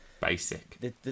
Basic